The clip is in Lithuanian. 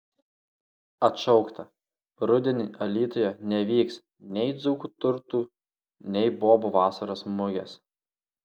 atšaukta rudenį alytuje nevyks nei dzūkų turtų nei bobų vasaros mugės